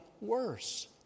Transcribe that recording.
worse